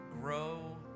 grow